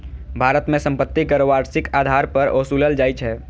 भारत मे संपत्ति कर वार्षिक आधार पर ओसूलल जाइ छै